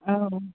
औ